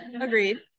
Agreed